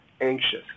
anxious